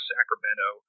Sacramento